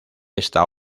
esta